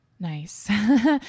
Nice